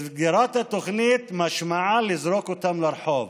סגירת התוכנית משמעה לזרוק אותם לרחוב,